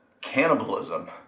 cannibalism